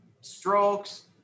strokes